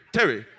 Terry